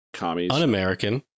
un-american